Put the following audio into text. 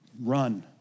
run